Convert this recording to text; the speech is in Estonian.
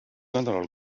nädalal